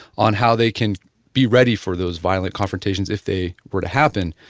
on how they can be ready for those violent confrontations if they were to happen.